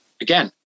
again